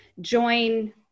join